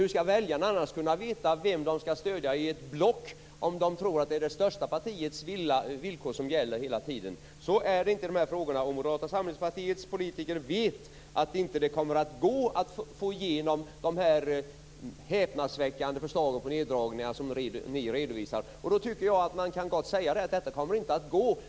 Hur skall väljarna annars kunna veta vem i ett block som de skall stödja, om de tror att det är det största partiets villkor som hela tiden gäller? Så är det inte i dessa frågor. Och Moderata samlingspartiets politiker vet att det inte kommer att vara möjligt att få igenom dessa häpnadsväckande förslagen på neddragningar som ni redovisar. Då tycker jag gott att man kan säga att detta inte kommer att gå.